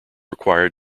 required